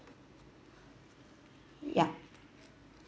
ya